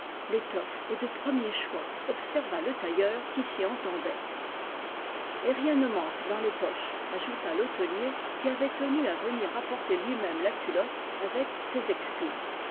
l'étoffe est de premier choix observa le tailleur qui s'y entendait et rien ne manque danà les poches ajouta l'hôtelier qui a'ait tenu à venir apporter lui-même la culotte avec ses excuses